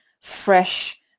fresh